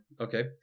Okay